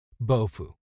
Bofu